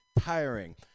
tiring